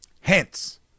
Hence